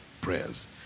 prayers